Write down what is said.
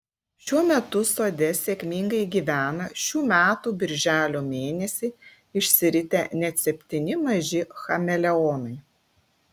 šiuo metu sode sėkmingai gyvena šių metų birželio mėnesį išsiritę net septyni maži chameleonai